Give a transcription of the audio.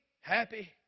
happy